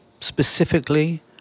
specifically